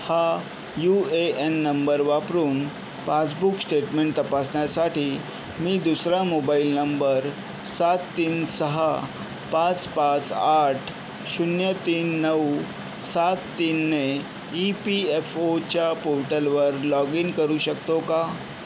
हा U A N number वापरून passbook statement तपासण्यासाठी मी दुसरा मोबाईल नंबर सात तीन सहा पाच पाच आठ शून्य तीन नऊ सात तीनने ई पी एफ ओच्या पोर्टलवर लॉगीन करू शकतो का